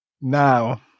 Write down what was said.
now